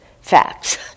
facts